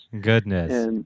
Goodness